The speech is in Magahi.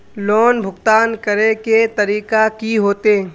लोन भुगतान करे के तरीका की होते?